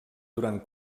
durant